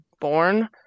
born